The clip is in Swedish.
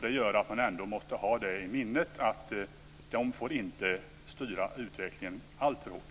Det gör att man ändå måste ha i minnet att dessa inte får styra utvecklingen alltför hårt.